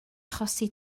achosi